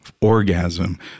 orgasm